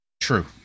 True